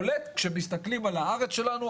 כשמסתכלים על הארץ שלנו,